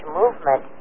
movement